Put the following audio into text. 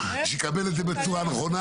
שהוא יקבל את זה בצורה נכונה.